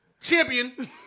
Champion